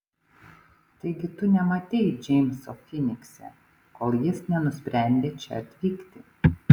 taigi tu nematei džeimso finikse kol jis nenusprendė čia atvykti